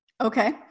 Okay